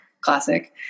classic